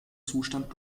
zustand